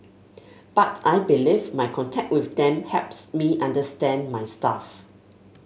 but I believe my contact with them helps me understand my staff